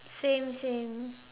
same same